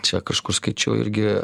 čia kažkur skaičiau irgi